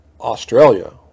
australia